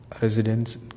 residents